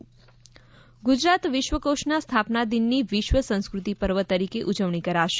વિશ્વકોષ ગુજરાત વિશ્વકોષના સ્થાપના દિન ની વિશ્વ સંસ્કૃતિ પર્વ તરીકે ઉજવણી કરાશે